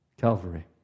Calvary